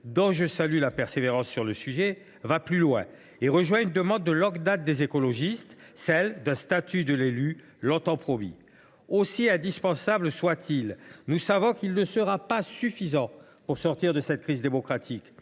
dont je salue la persévérance sur le sujet, va plus loin et rejoint une demande de longue date des écologistes : celle d’un statut de l’élu longtemps promis. Nous savons que ce texte, aussi indispensable soit il, ne sera pas suffisant pour sortir de cette crise démocratique.